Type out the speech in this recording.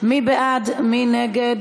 שלי יחימוביץ, איתן כבל,